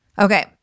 Okay